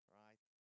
right